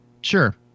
sure